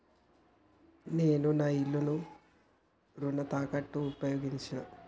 నేను నా ఇల్లును రుణ తాకట్టుగా ఉపయోగించినా